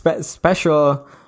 Special